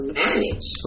manage